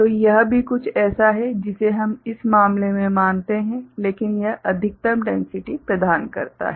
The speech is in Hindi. तो यह भी कुछ ऐसा है जिसे हम इस मामले में मानते हैं लेकिन यह अधिकतम डैन्सिटि प्रदान करता है